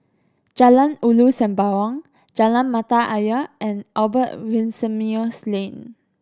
Jalan Ulu Sembawang Jalan Mata Ayer and Albert Winsemius Lane